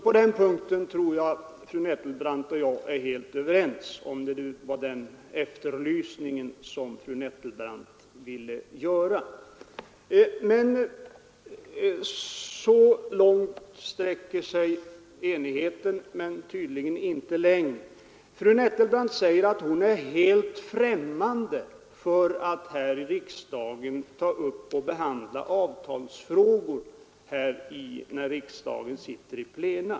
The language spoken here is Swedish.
På den punkten tror jag att fru Nettelbrandt och jag är helt överens, om det nu var ett sådant uttalande fru Nettelbrandt efterlyste. Så långt sträcker sig enigheten, men tydligen inte längre. Fru Nettelbrandt säger att hon är helt främmande för att ta upp och behandla avtalsfrågor här i riksdagens plena.